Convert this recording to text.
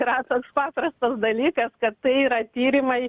yra toks paprastas dalykas kad tai yra tyrimai